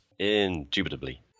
Indubitably